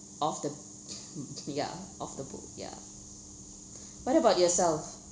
of the ya of the book ya what about yourself